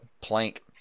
plank